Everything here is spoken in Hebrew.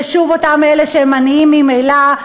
זה שוב אותם אלה שהם עניים ממילא,